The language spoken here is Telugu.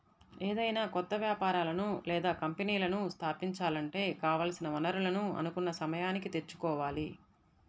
ఏదైనా కొత్త వ్యాపారాలను లేదా కంపెనీలను స్థాపించాలంటే కావాల్సిన వనరులను అనుకున్న సమయానికి తెచ్చుకోవాలి